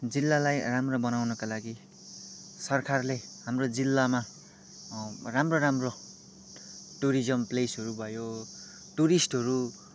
जिल्लालाई राम्रो बनाउनका लागि सरकारले हाम्रो जिल्लामा राम्रो राम्रो टुरिजम् प्लेसहरू भयो टुरिस्टहरू